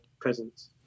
presence